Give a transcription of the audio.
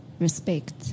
Respect